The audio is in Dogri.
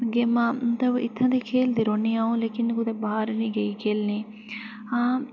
गेमां इत्थें बी खेढनी रौह्न्नी आं अं'ऊ लेकिन कुदै बाहर निं गेई खेढने गी आं